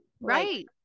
right